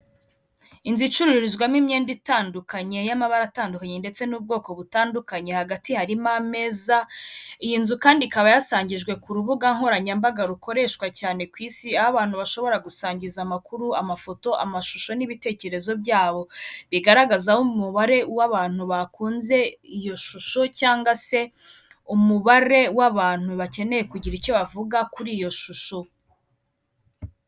Inzu icrizwamo imyenda itandukanye y'amabara atandukanye ndetse n'ubwoko butandukanye hagati harimo ameza, iyi nzu kandi ikaba yasangijwe ku rubuga nkoranyambaga rukoreshwa cyane ku Isi, aho abantu bashobora gusangiza amakuru, amafoto, amashusho n'ibitekerezo byabo, bigaragazaho umubare w'abantu bakunze iyo shusho cyangwa se umubare w'abantu bakeneye kugira icyo bavuga kuri iyo shusho.